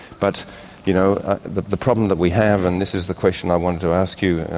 but you know the the problem that we have, and this is the question i wanted to ask you,